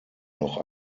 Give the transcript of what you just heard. noch